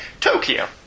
Tokyo